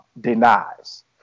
denies